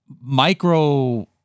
micro